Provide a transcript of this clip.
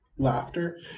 laughter